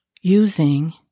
using